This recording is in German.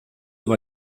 war